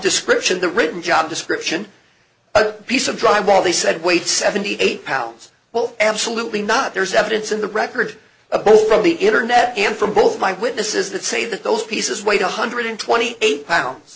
description the written job description a piece of dry wall they said wait seventy eight pounds well absolutely not there is evidence in the record of both of the internet and from both my witnesses that say that those pieces wait a hundred and twenty eight pounds